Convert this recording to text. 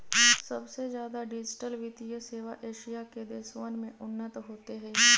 सबसे ज्यादा डिजिटल वित्तीय सेवा एशिया के देशवन में उन्नत होते हई